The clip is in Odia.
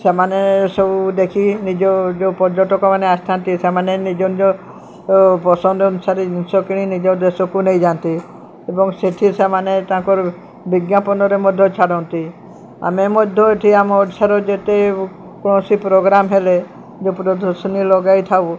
ସେମାନେ ସବୁ ଦେଖି ନିଜ ଯେଉଁ ପର୍ଯ୍ୟଟକମାନେ ଆସିଥାନ୍ତି ସେମାନେ ନିଜ ନିଜ ପସନ୍ଦ ଅନୁସାରେ ଜିନିଷ କିଣି ନିଜ ଦେଶକୁ ନେଇଯାଆନ୍ତି ଏବଂ ସେଠି ସେମାନେ ତାଙ୍କର ବିଜ୍ଞାପନରେ ମଧ୍ୟ ଛାଡ଼ନ୍ତି ଆମେ ମଧ୍ୟ ଏଠି ଆମ ଓଡ଼ିଶାର ଯେତେ କୌଣସି ପ୍ରୋଗ୍ରାମ ହେଲେ ଯେଉଁ ପ୍ରଦର୍ଶନୀ ଲଗାଇଥାଉ